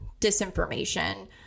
disinformation